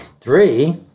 Three